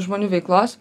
žmonių veiklos